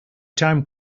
time